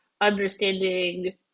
understanding